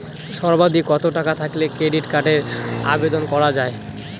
সর্বাধিক কত টাকা থাকলে ক্রেডিট কার্ডের আবেদন করা য়ায়?